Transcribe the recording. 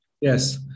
Yes